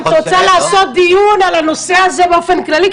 אם את רוצה לעשות דיון על הנושא הזה באופן כללי,